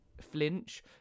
flinch